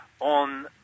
on